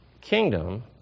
Kingdom